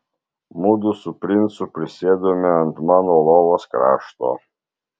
mudu su princu prisėdome ant mano lovos krašto